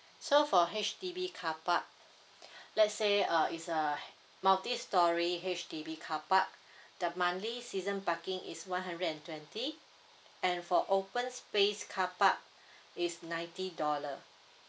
so for H_D_B carpark let's say uh is uh multi storey H_D_B carpark the monthly season parking is one hundred and twenty and for open space carpark is ninety dollar